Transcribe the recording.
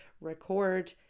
record